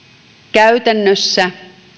käytännössä